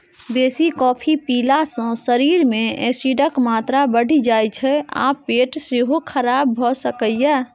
बेसी कॉफी पीला सँ शरीर मे एसिडक मात्रा बढ़ि जाइ छै आ पेट सेहो खराब भ सकैए